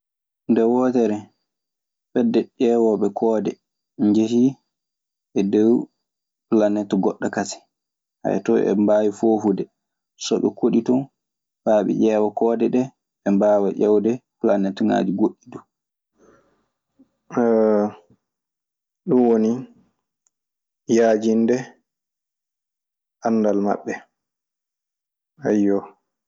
Nde wootere, fedde ƴewooɓe koode njehii e dow planet goɗɗo kasen, to eɓe mbaawi foofude. So ɓe koɗi ton faa ɓe ƴeewa koode ɗee. Ɓe mbaawa ƴeewde planetŋaaji goɗɗi duu. ɗum woni, yaajinde anndal maɓɓe ayyo.